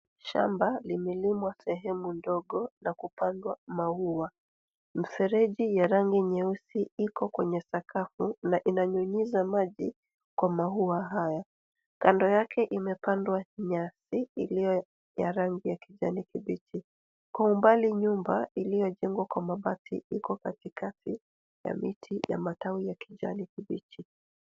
Shama limelimwa sehemu ndogo na kupandwa maua. Mfereji wa rangi nyeusi iko kwenye sakafu na inanyunyiza maji kwenye maua haya. Kando yake imepanda nyasi iliyo ya rangi ya kijani kibichi. Kwa umbali nyumba iliyojengwa kwa mabati iko katikati ya miti ya matawi ya kijani kibichi.